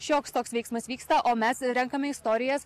šioks toks veiksmas vyksta o mes renkame istorijas